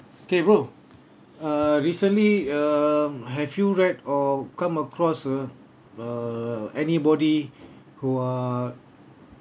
K bro~ uh recently um have you read or come across uh err anybody who are